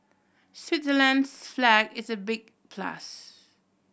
Switzerland's flag is a big plus